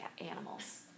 animals